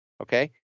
Okay